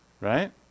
Right